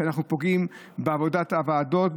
שאנחנו פוגעים בעבודת הוועדות,